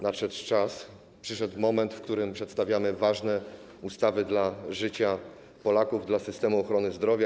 Nadszedł czas, przyszedł moment, w którym przedstawiamy ważne ustawy dla życia Polaków, dla systemu ochrony zdrowia.